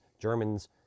Germans